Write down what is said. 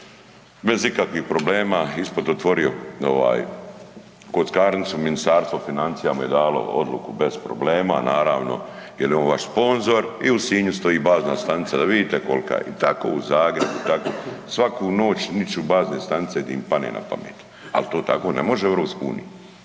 bez ikakvih problema ispod otvorio ovaj kockarnicu, Ministarstvo financija mu je dalo odluku bez problema naravno jer je on vaš sponzor i u Sinju stoji bazna stanica, da vidite kolika je. I tako u Zagrebu, tako, svaku noć niču bazne stanice di im padne napamet, ali to tako ne može u EU, to